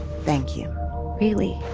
thank you really,